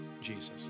Jesus